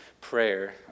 prayer